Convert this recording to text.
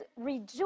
Rejoice